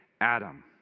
Adam